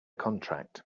contract